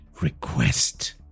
request